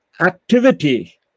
activity